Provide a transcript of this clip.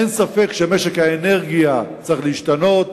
אין ספק שמשק האנרגיה צריך להשתנות,